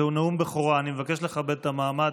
זהו נאום בכורה, אני מבקש לכבד את המעמד.